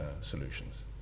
solutions